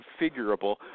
configurable